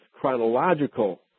chronological